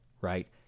right